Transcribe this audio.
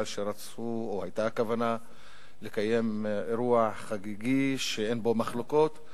כי היתה כוונה לקיים אירוע חגיגי שאין בו מחלוקות,